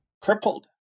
crippled